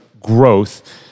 growth